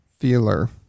feeler